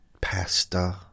Pasta